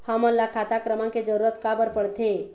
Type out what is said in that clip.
हमन ला खाता क्रमांक के जरूरत का बर पड़थे?